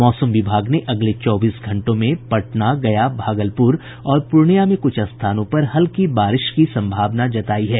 मौसम विभाग ने अगले चौबीस घंटों में पटना गया भागलपुर और पूर्णिया में कुछ स्थानों पर हल्की बारिश की संभावना जतायी है